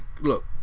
look